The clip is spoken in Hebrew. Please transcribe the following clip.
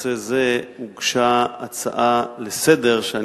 שבנושא זה הוגשה הצעה לסדר-היום שאני